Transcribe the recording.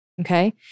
Okay